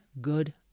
good